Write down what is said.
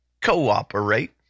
cooperate